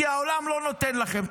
כי העולם לא נותן לכם,